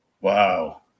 wow